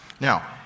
Now